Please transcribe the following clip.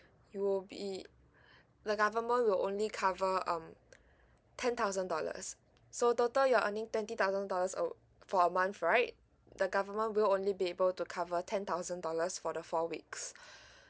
you will be the government will only cover um ten thousand dollars so total you're earning twenty thousand dollars uh for a month right the government will only be able to cover ten thousand dollars for the four weeks